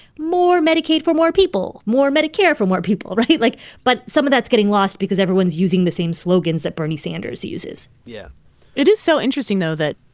more medicaid for more people, more medicare for more people, right? like, but some of that's getting lost because everyone's using the same slogans that bernie sanders uses yeah it is so interesting, though, that,